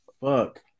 fuck